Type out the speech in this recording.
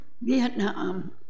Vietnam